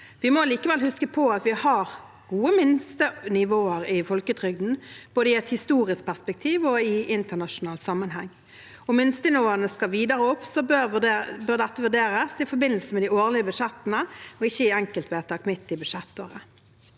Vi må likevel huske på at vi har gode minstenivåer i folketrygden, både i et historisk perspektiv og i internasjonal sammenheng. Om minstenivåene skal videre opp, bør vurderes i forbindelse med de årlige budsjettene og ikke i enkeltvedtak midt i budsjettåret.